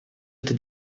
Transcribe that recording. эту